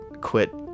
quit